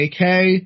AK